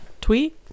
tweet